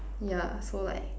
yeah so like